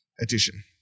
Edition